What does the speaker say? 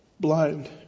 Blind